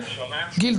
גיל,